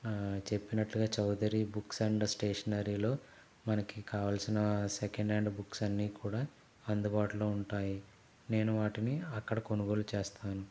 చెప్పినట్లుగా Chaudhary books and స్టేషనరీలో మనకి కావల్సిన సెకెండ్ హ్యాండ్ బుక్స్ అన్నీ కూడా అందుబాటులో ఉంటాయి నేను వాటిని అక్కడ కొనుగోలు చేస్తాను